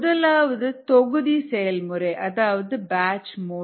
முதலாவது தொகுதி செயல்முறை அதாவது பேட்ச் மோடு